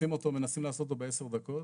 מנסים לעשות אותו בעשר דקות